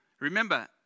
Remember